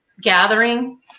gathering